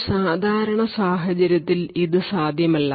ഒരു സാധാരണ സാഹചര്യത്തിൽ ഇത് സാധ്യമല്ല